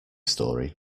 story